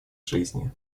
жизни